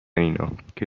اینا، که